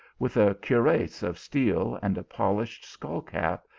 with a cuirass of steel, and a polished skullcap,